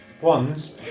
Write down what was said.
ones